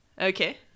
Okay